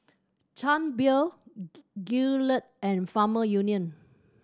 Chang Beer Gillette and Farmer Union